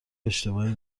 اشتباهی